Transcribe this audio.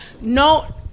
no